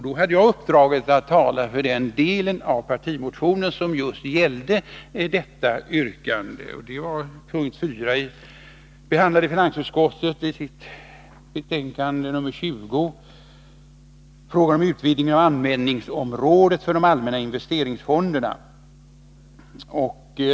Då hade jag uppdraget att tala för den del av partimotionen som just gällde detta yrkande. Finansutskottet behandlade i sitt betänkande nr 20 frågan om utvidgning av användningsområdet för de allmänna investeringsfonderna.